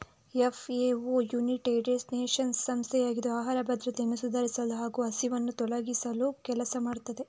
FAO United Nations ಸಂಸ್ಥೆಯಾಗಿದ್ದು ಆಹಾರ ಭದ್ರತೆಯನ್ನು ಸುಧಾರಿಸಲು ಹಾಗೂ ಹಸಿವನ್ನು ತೊಲಗಿಸಲು ಕೆಲಸ ಮಾಡುತ್ತದೆ